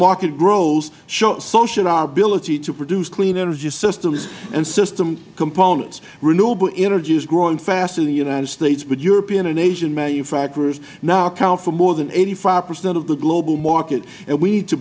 ability to produce clean energy systems and system components renewable energy is growing fast in the united states but european and asian manufacturers now account for more than eighty five percent of the global market and we need to